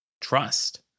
trust